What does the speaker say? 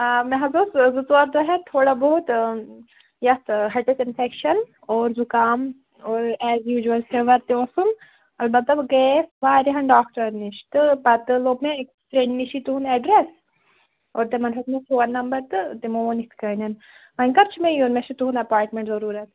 آ مےٚ حظ اوس زٕ ژور دۄہ ہیٚتھ تھوڑا بہت یتھ ہیٚٹِس اِنفیٚکشن اور زُکام اور ایز یوجوَل فیٖوَر تہِ اوسُم البتہ بہٕ گٔیے یس واریاہَن ڈاکٹرن نش تہٕ پتہٕ لوٚب مےٚ أکِس فرندٕ نشے تُہُنٛد ایٚڈریٚس اور تمن ہیٚوت مےٚ فون نمبر تہٕ تمو ووٚن یِتھ کٔنیٚن ونۍ کر چھُ مےٚ یُن مےٚ چھ تُہُنٛد ایٚپۄیِنٹمنٹ ضوٚروٗرت